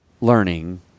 learning